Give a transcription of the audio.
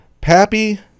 Pappy